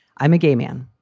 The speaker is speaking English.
i'm a gay man.